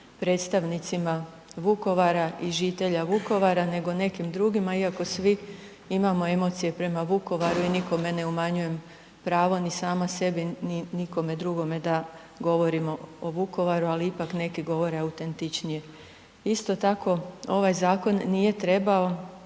predstavnicima Vukovara i žitelja Vukovara, nego nekim drugima, iako svi imamo emocije prema Vukovaru i nikome ne umanjujem pravo, ni sama sebi ni nikome drugome da govorimo o Vukovaru, ali ipak, nego govore autentičnije. Isto tako, ovaj zakon nije trebao